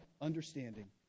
understanding